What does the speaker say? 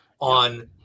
on